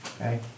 Okay